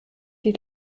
die